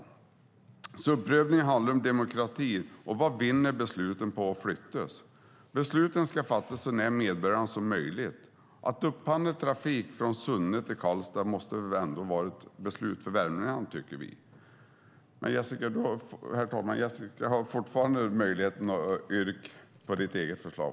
Subsidiaritetsprövningen handlar om demokrati, och vad vinner besluten på att flyttas? Besluten ska fattas så nära medborgarna som möjligt. Att upphandla trafik från Sunne till Karlstad tycker vi ändå måste vara ett beslut för värmlänningarna. Men Jessica Rosencrantz har fortfarande möjlighet att yrka bifall till sitt eget förslag.